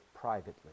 privately